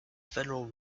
federal